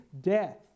Death